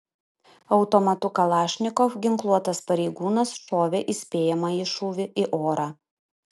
automatu kalašnikov ginkluotas pareigūnas šovė įspėjamąjį šūvį į orą